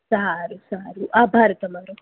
સારું સારું આભાર તમારો